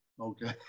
Okay